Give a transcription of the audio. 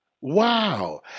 Wow